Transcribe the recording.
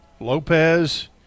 Lopez